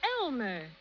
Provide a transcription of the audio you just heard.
Elmer